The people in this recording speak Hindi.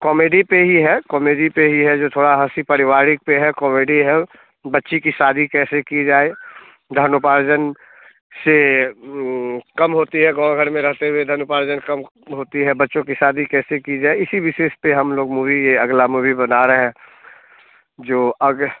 कॉमेडी पर ही है कॉमेडी पर ही है जो थोड़ा हँसी पारिवारिक पर है कॉमेडी है बच्ची की शादी कैसे की जाए धनोपार्जन से कम होती है गाँव घर में रहते हुए धन उपार्जन कम होती है बच्चों की शादी कैसे की जाए इसी विशेय पर हम लोग मूवी बना रहे हैं जो अग